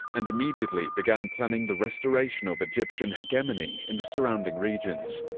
and immediately began planning the restoration of egyptian hegemony in the surrounding regions.